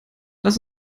lass